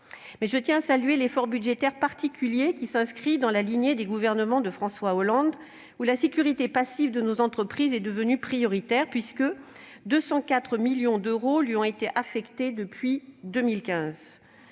je tiens à saluer l'effort budgétaire particulier, qui s'inscrit dans la lignée des gouvernements du quinquennat de François Hollande, pendant lequel la sécurité passive de nos entreprises est devenue prioritaire, puisque 204 millions d'euros lui ont été affectés depuis 2015